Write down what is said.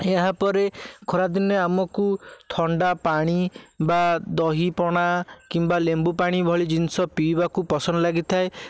ଏହାପରେ ଖରାଦିନେ ଆମକୁ ଥଣ୍ଡାପାଣି ବା ଦହିପଣା କିମ୍ବା ଲେମ୍ବୁପାଣି ଭଳି ଜିନଷ ପିଇବାକୁ ପସନ୍ଦ ଲାଗିଥାଏ